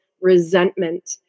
resentment